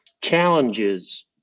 challenges